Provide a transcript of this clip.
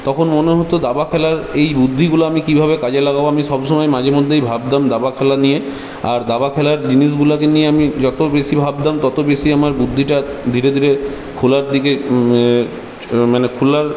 তখন মনে হতো দাবা খেলার এই বুদ্ধিগুলো আমি কীভাবে কাজে লাগাবো আমি সবসময় মাঝে মধ্যেই ভাবতাম দাবা খেলা নিয়ে আর দাবা খেলার জিনিসগুলোকে নিয়ে আমি যত বেশি ভাবতাম ততো বেশি আমার বুদ্ধিটা ধীরে ধীরে খোলার দিকে মানে খোলার